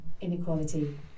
inequality